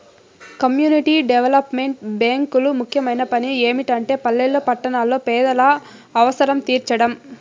community development బ్యేంకులు ముఖ్యమైన పని ఏమిటంటే పల్లెల్లో పట్టణాల్లో పేదల అవసరం తీర్చడం